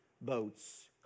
boats